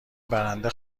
برنده